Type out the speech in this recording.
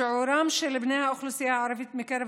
שיעורם של בני האוכלוסייה הערבית מקרב